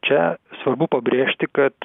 čia svarbu pabrėžti kad